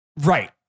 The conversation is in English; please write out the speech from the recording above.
Right